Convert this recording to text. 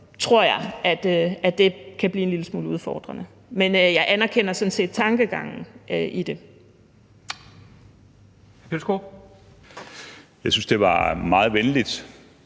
tror jeg, at det kan blive en lille smule udfordrende, men jeg anerkender sådan set tankegangen i det.